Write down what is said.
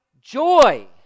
joy